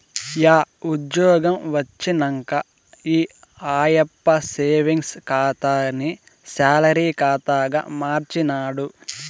yeah ఉజ్జ్యోగం వచ్చినంక ఈ ఆయప్ప సేవింగ్స్ ఖాతాని సాలరీ కాతాగా మార్చినాడు